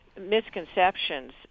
misconceptions